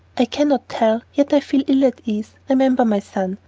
i cannot tell, yet i feel ill at ease. remember, my son,